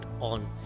on